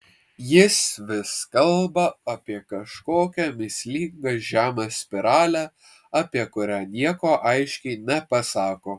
jis vis kalba apie kažkokią mįslingą žemės spiralę apie kurią nieko aiškiai nepasako